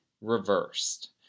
reversed